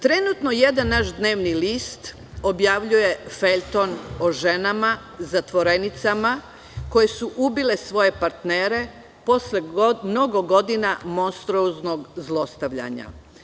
Trenutno jedan naš dnevni list objavljuje feljton o ženama zatvorenicama, koje su ubile svoje partnere posle mnogo godina monstruoznog zlostavljanja.